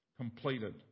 completed